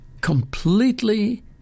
completely